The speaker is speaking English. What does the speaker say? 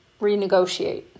renegotiate